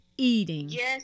Eating